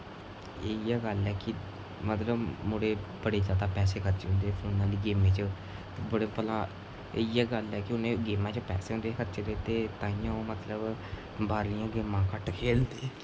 इ'यै गल्ल ऐ कि मतलब मुडे़ बडे़ जैदा पैसे खर्ची ओड़दे उ'नें गेमें च बडे़ भला इ'यै गल्ल ऐ कि उ'नें गेमां च पैसे होंदे खर्चे दे ते ताइयें ओह् मतलब बाह्रलियां गेमा घट्ट खेढदे